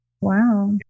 Wow